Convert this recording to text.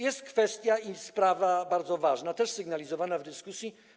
Jest kwestia, sprawa bardzo ważna, też sygnalizowana w dyskusji.